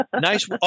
nice